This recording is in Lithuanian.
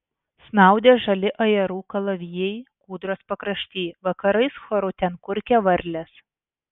snaudė žali ajerų kalavijai kūdros pakrašty vakarais choru ten kurkė varlės